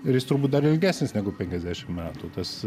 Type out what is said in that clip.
ir jis turbūt dar ilgesnis negu penkiasdešimt metų tas